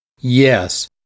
Yes